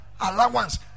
allowance